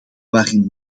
waarin